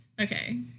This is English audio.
Okay